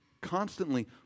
Constantly